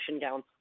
gowns